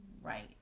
Right